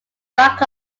back